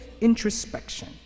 introspection